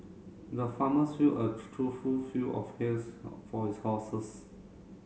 the farmers filled a trough fill of for his horses